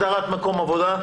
הגדרת מקום עבודה,